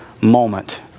moment